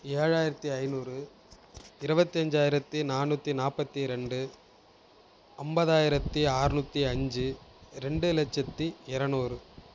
ஏழாயிரத்தி ஐநூறு இருபத்தஞ்சாயிரத்தி நானூற்றி நாற்பத்தி ரெண்டு ஐம்பதாயிரத்தி ஆறுநூத்தி அஞ்சு ரெண்டு லட்சத்தி இரநூறு